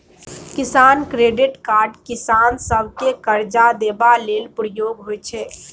किसान credit card किसान सभकेँ करजा देबा लेल प्रयोग होइ छै